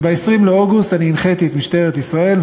וב-20 באוגוסט הנחיתי את משטרת ישראל,